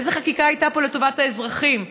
איזו חקיקה הייתה פה לטובת האזרחים?